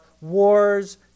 wars